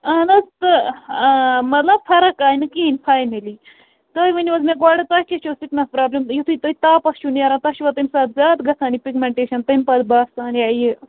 اَہَن حظ تہٕ آ مَطلَب فرٕق آے نہٕ کِہیٖنٛۍ فایِنٕلی تُہۍ ؤنِو حَظ مےٚ گۄڈٕ تۅہہِ کیٛاہ چھُو سِکنَس پرابلِم یُتھُے تُہۍ تاپَس چھِو نیران تۅہہِ چھُوا تَمہِ ساتہٕ زیادٕ گَژھان یہِ پِگمیٚنٛٹیشن تمہِ پتہٕ باسان یا یہِ